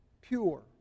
pure